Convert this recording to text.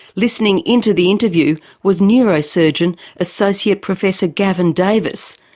listening in to the interview was neurosurgeon associate professor gavin davis,